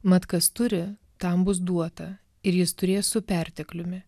mat kas turi tam bus duota ir jis turės su pertekliumi